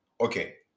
Okay